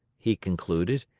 he concluded,